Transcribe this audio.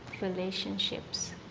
relationships